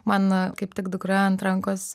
man kaip tik dukra ant rankos